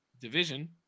division